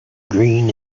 green